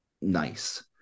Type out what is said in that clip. nice